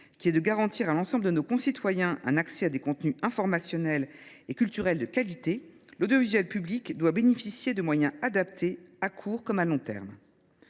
qui est de garantir à l’ensemble de nos concitoyens un accès à des contenus informationnels et culturels de qualité, l’audiovisuel public doit bénéficier de moyens adaptés, à court comme à long terme.